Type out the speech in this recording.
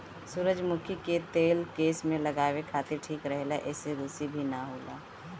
सुजरमुखी के तेल केस में लगावे खातिर ठीक रहेला एसे रुसी भी ना होला